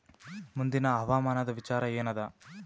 ಮುಂದಿನ ಹವಾಮಾನದ ವಿಚಾರ ಏನದ?